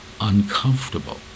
uncomfortable